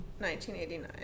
1989